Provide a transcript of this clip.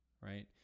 right